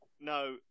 No